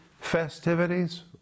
festivities